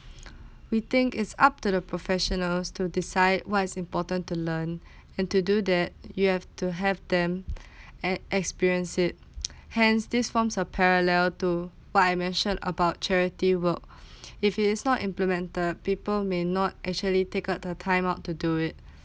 we think is up to the professionals to decide what is important to learn and to do that you have to have them and experience it hence this forms of parallel to what I mentioned about charity work if it is not implemented people may not actually take out the time out to do it